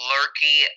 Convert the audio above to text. Lurky